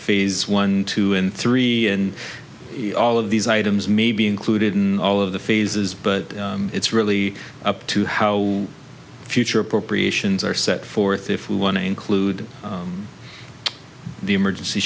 phase one two and three and all of these items may be included in all of the phases but it's really up to how future appropriations are set forth if we want to include the emergency